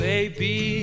Baby